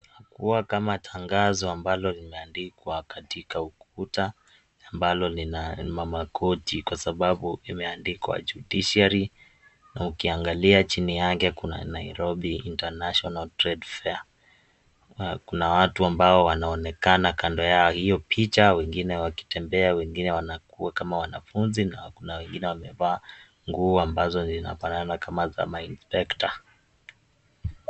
Ua kama tangazo ambalo limeandikwa katika ukuta ambalo ni la makoti kwa sababu limeandikwa (cs)Judiciary(cs),na ukiangalia chini yake kuna Nairobi (cs)International Trade Fair(cs), kuna watu ambao wanaonekana kando ya hiyo picha wengine wakitembea wengine wanakua kama wanafunzi na kuna wengine wamevaa nguo ambazo zinafanana kama za mainspekta.